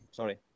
sorry